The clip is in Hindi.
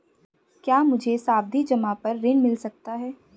क्या मुझे सावधि जमा पर ऋण मिल सकता है?